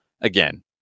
again